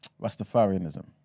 Rastafarianism